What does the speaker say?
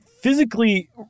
physically